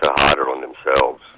harder on themselves.